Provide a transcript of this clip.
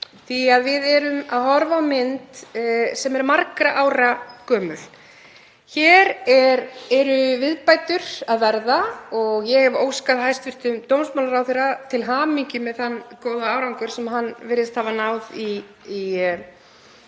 því að við erum að horfa á mynd sem er margra ára gömul. Hér koma inn viðbætur og ég óska hæstv. dómsmálaráðherra til hamingju með þann góða árangur sem hann virðist hafa náð í